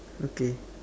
okay